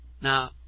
Now